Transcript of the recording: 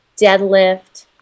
deadlift